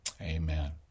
Amen